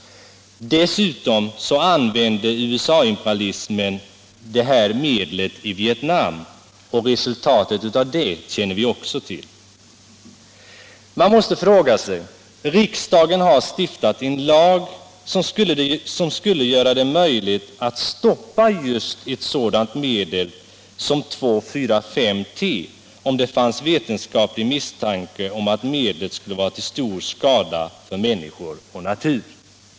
Dessutom använde USA-imperialismen detta medel i Vietnam, och resultatet känner vi till. Man måste fråga sig vad innebörden av nuvarande praxis är. Riksdagen har stiftat en lag som skulle göra det möjligt att stoppa just ett sådant medel som 2,4,5-T, om det fanns vetenskaplig misstanke att medlet skulle vara till stor skada för människor och natur.